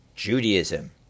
Judaism